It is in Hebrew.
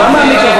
כך זה